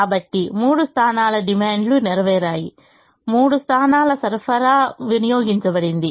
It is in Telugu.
కాబట్టి మూడు స్థానాల డిమాండ్లు నెరవేరాయి మూడు స్థానాల సరఫరా వినియోగించబడింది